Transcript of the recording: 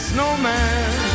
Snowman